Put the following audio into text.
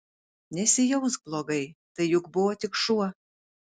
nesijausk blogai tai juk buvo tik šuo